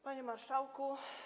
Panie Marszałku!